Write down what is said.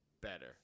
better